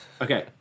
okay